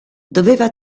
doveva